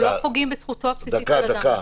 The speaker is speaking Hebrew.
אנחנו לא פוגעים בזכותו הבסיסית של אדם.